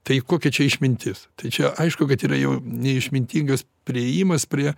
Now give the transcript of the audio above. tai kokia čia išmintis tai čia aišku kad yra jau neišmintingas priėjimas prie